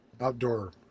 outdoor